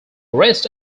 rest